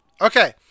Okay